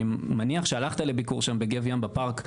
אני מניח שהלכת לביקור בגב ים שם בפארק,